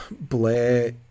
Blair